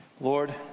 Lord